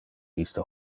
iste